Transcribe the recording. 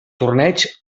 torneig